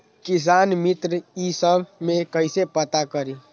किसान मित्र ई सब मे कईसे पता करी?